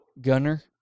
Gunner